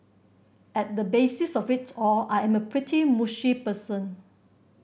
at the basis of it all I am a pretty mushy person